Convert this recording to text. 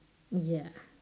ya